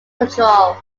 control